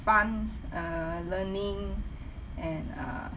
fun uh learning and uh